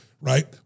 right